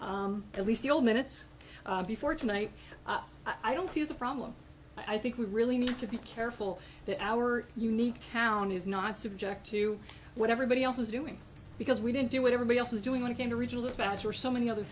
longer at least the old minutes before tonight i don't see as a problem i think we really need to be careful that our unique town is not subject to whatever body else is doing because we didn't do what everybody else was doing when it came to regional dispatch were so many other